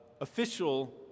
official